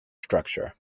structure